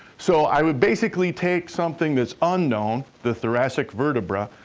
so, i would basically take something that's unknown, the thoracic vertebra,